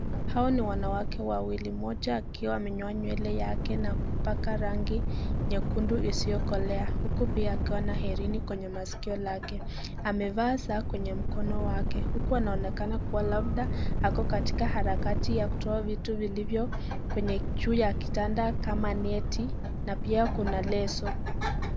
Hawa ni wanawake wawili. Mmoja akiwa amenyoa nywele na kupaka rangi nyekundu isiyokolea, huku pia akiwa na herini kwenye maskio lake. Amevaa saa kwenye mkono wake huku anaonekana kuwa labda ako katika harakati ya kutoa vitu vilivyo kwenye juu ya kitanda kama neti na pia kuna leso.